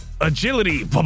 agility